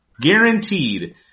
guaranteed